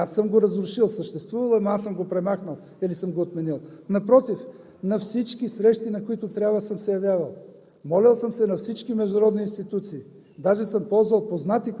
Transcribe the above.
но това в цялата страна го няма. Няма го не от вчера. Не аз съм го разрушил. Съществувало е, но аз съм го премахнал или съм го отменил. Напротив – на всички срещи, на които трябва, съм се явявал.